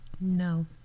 no